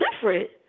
different